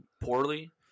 poorly